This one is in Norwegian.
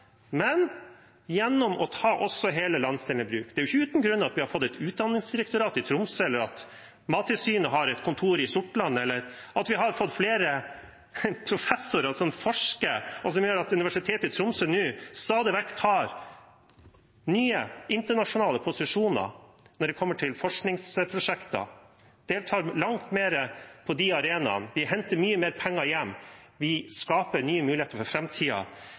hele landsdelen i bruk. Det er jo ikke uten grunn vi har fått en avdeling av Utdanningsdirektorat i Tromsø, at Mattilsynet har et kontor på Sortland, eller at vi har fått flere professorer som forsker, og som gjør at Universitetet i Tromsø nå stadig vekk inntar nye, internasjonale posisjoner når det gjelder forskningsprosjekter, deltar langt mer på de arenaene og henter mye mer penger hjem. Vi skaper nye muligheter for